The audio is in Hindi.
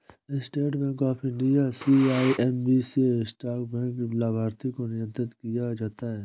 state Bank of India CIMB से इंट्रा बैंक लाभार्थी को नियंत्रण किया जाता है